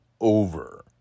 over